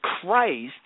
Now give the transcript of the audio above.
Christ